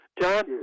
John